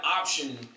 option –